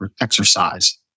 exercise